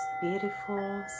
beautiful